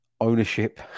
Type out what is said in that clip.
ownership